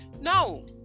No